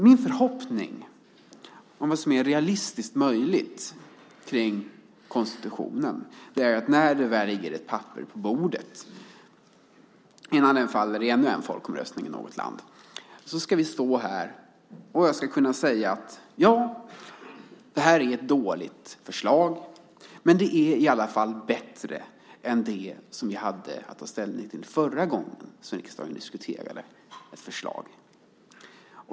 Min förhoppning om vad som är realistiskt möjligt när det gäller konstitutionen är denna: När det väl ligger ett papper på bordet - innan den faller i ännu en folkomröstning i något land - ska vi kunna stå här och jag ska kunna säga att det här är ett dåligt förslag, men i alla fall bättre än det som vi hade att ta ställning till förra gången som riksdagen diskuterade ett förslag.